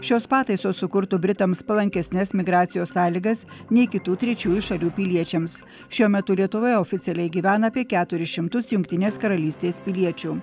šios pataisos sukurtų britams palankesnes migracijos sąlygas nei kitų trečiųjų šalių piliečiams šiuo metu lietuvoje oficialiai gyvena apie keturis šimtus jungtinės karalystės piliečių